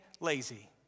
lazy